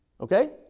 Okay